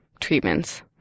treatments